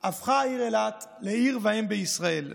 הפכה העיר אילת לעיר ואם בישראל.